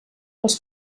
els